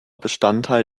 bestandteil